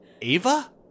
Ava